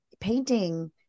painting